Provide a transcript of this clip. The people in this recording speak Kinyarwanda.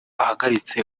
ahagaritse